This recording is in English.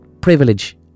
privilege